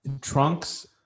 trunks